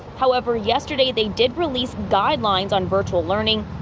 however yesterday they did release guidelines on virtual learning.